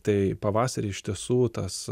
tai pavasarį iš tiesų tas